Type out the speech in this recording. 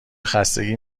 خستگی